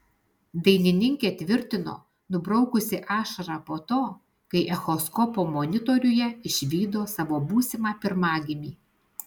dainininkė tvirtino nubraukusi ašarą po to kai echoskopo monitoriuje išvydo savo būsimą pirmagimį